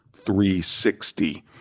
360